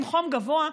עם חום גבוה,